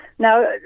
Now